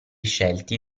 scelti